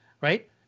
right